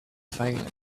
failing